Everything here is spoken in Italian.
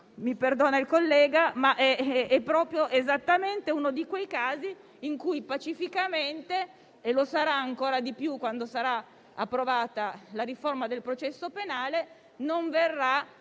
mi perdonerà il collega, ma è esattamente uno di quei casi in cui pacificamente - e lo sarà ancora di più quando sarà approvata la riforma del processo penale - non verrà